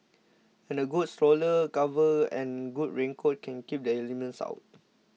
and a good stroller cover and good raincoat can keep the elements out